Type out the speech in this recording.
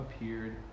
appeared